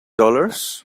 dollars